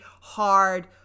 hard